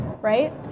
right